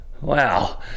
Wow